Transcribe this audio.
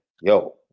yo